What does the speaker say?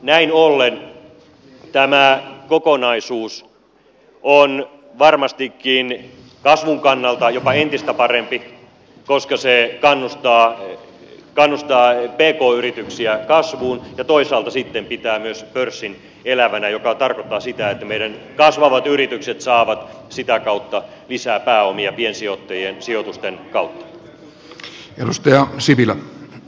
näin ollen tämä kokonaisuus on varmastikin kasvun kannalta jopa entistä parempi koska se kannustaa pk yrityksiä kasvuun ja toisaalta sitten pitää myös pörssin elävänä mikä tarkoittaa sitä että meidän kasvavat yritykset saavat sitä kautta lisää pääomia piensijoittajien sijoitusten kautta